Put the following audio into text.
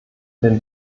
den